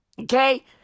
Okay